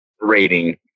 rating